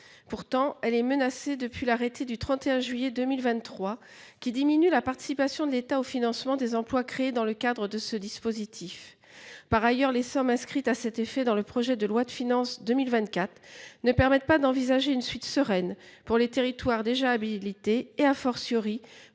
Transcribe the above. Pourtant, elle est menacée depuis l’arrêté du 31 juillet 2023, qui diminue la participation de l’État au financement des emplois créés dans le cadre de ce dispositif. Par ailleurs, les sommes inscrites à cet effet dans le projet de loi de finances pour 2024 ne permettent pas d’envisager une suite sereine pour les territoires déjà habilités, pour